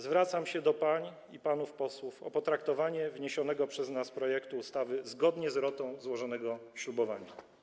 Zwracam się do pań i panów posłów o potraktowanie wniesionego przez nas projektu ustawy zgodnie z rotą złożonego ślubowania.